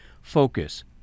focus